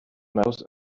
mouse